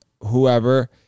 whoever